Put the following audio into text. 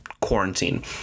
quarantine